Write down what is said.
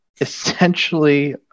essentially